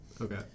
Okay